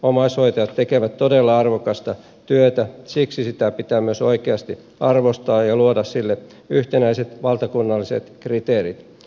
omaishoitajat tekevät todella arvokasta työtä siksi sitä pitää myös oikeasti arvostaa ja luoda sille yhtenäiset valtakunnalliset kriteerit